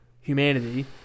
humanity